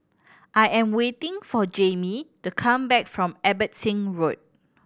I am waiting for Jaimee to come back from Abbotsingh Road